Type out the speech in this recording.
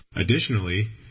Additionally